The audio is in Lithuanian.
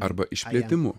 arba išplėtimu